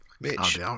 Mitch